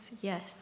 yes